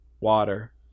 water